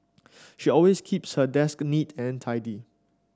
she always keeps her desk neat and tidy